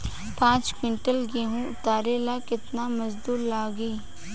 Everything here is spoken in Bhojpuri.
पांच किविंटल गेहूं उतारे ला केतना मजदूर लागी?